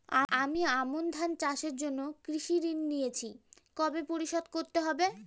আমি আমন ধান চাষের জন্য কৃষি ঋণ নিয়েছি কবে পরিশোধ করতে হবে?